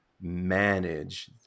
manage